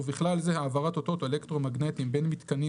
ובכלל זה העברת אותות אלקטרומגנטיים בין מיתקנים